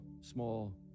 small